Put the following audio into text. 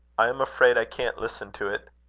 i am afraid i can't listen to it.